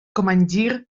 командир